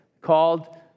called